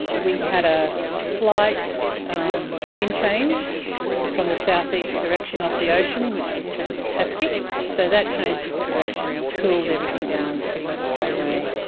we had a slight wind change from the southeast direction of the ocean which was fantastic so that change of direction cooled everything down pretty much straight away.